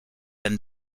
than